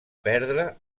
perdre